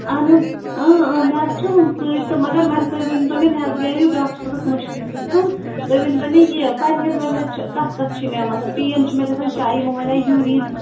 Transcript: اہن حظ ٲں ٲں مےٚ حظ چھُو سۭتۍ تہٕ مگر میٚم تُہی ؤنۍتَو مےٚ حظ گٔیاو یہِ ڈاکٹر صٲبَس مٔشتھٕے پرٕٛژُھن تُہی ؤنۍتَو مےٚ یہِ پرہیز وَرہیز چھِ کَتھ کَتھ چھُ مےٚ مطلب پین چھِ مےٚ گَژھان مےٚ شاید یِمو وَنیٛوے یوٗریٖن